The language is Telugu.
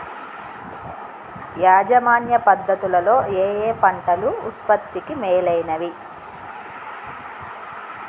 యాజమాన్య పద్ధతు లలో ఏయే పంటలు ఉత్పత్తికి మేలైనవి?